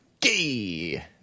gay